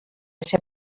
ser